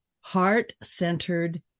heart-centered